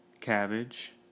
Cabbage